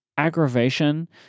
aggravation